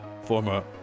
former